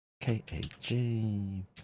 K-A-G